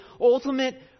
ultimate